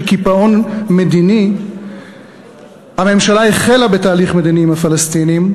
קיפאון מדיני הממשלה החלה בתהליך מדיני עם הפלסטינים,